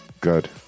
Good